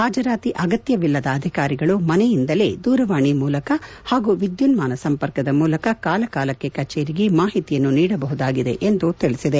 ಹಾಜರಾತಿ ಅಗತ್ಪವಿಲ್ಲದ ಅಧಿಕಾರಿಗಳು ಮನೆಯಿಂದಲೇ ದೂರವಾಣಿ ಮೂಲಕ ಹಾಗೂ ವಿದ್ದುನ್ನಾನ ಸಂಪರ್ಕದ ಮೂಲಕ ಕಾಲಕಾಲಕ್ಕೆ ಕಚೇರಿಗೆ ಮಾಹಿತಿಯನ್ನು ನೀಡಬಹುದಾಗಿದೆ ಎಂದು ತಿಳಿಸಿದೆ